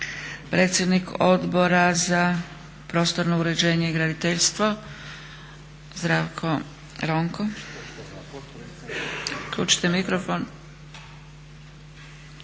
Predsjednik Odbora za prostorno uređenje i graditeljstvo Zdravko Ronko. **Ronko,